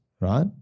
right